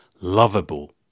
lovable